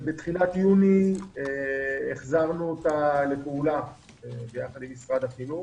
בתחילת יוני החזרנו אותה לפעולה יחד עם משרד החינוך.